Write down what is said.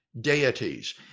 deities